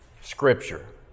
Scripture